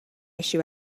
issue